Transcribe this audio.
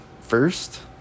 first